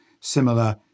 Similar